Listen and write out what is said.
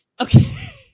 Okay